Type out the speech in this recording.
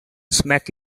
smack